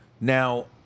Now